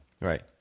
Right